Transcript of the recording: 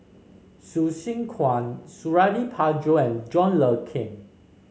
Hsu Tse Kwang Suradi Parjo and John Le Cain